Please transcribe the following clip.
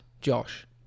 Josh